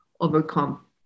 overcome